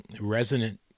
resonant